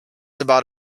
about